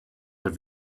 have